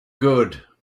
good